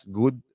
good